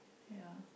ya